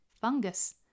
fungus